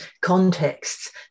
contexts